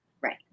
Right